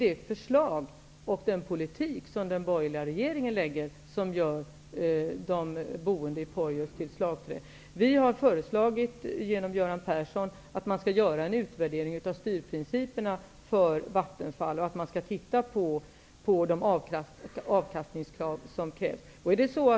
Det är den borgerliga regeringens förslag och politik som gör de boende i Vi har genom Göran Persson föreslagit att man skall göra en utvärdering av styrprinciperna för Vattenfall och att man skall se på de avkastningskrav som behöver ställas.